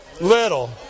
little